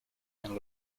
and